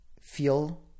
feel